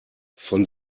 von